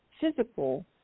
physical